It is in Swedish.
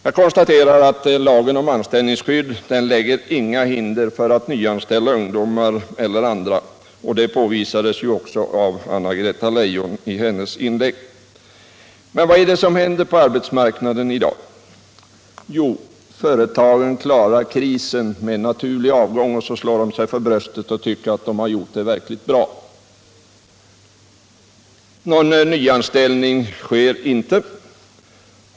Jag konstaterar att lagen om anställningsskydd inte lägger några hinder för att nyanställa ungdomar eller andra, och det påvisades ju också av Anna-Greta Leijon i hennes inlägg. Men vad är det som händer på arbetsmarknaden i dag? Jo, företagen klarar krisen med naturlig avgång, och så slår sig företagsledarna för bröstet och tycker att de lyckats verkligt bra. Någon nyanställning sker inte.